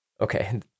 Okay